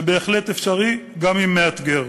זה בהחלט אפשרי, גם אם מאתגר.